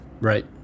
Right